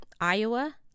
Iowa